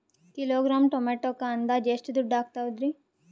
Kilogram ಟೊಮೆಟೊಕ್ಕ ಅಂದಾಜ್ ಎಷ್ಟ ದುಡ್ಡ ಅಗತವರಿ?